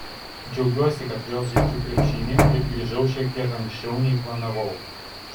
džiaugiuosi kad vėl žaidžiu krepšinį ir grįžau šiek tiek anksčiau nei planavau